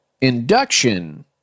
induction